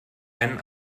einen